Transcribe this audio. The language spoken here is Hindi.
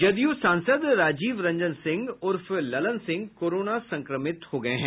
जदयू सांसद राजीव रंजन सिंह उर्फ ललन सिंह कोरोना संक्रमित हो गये हैं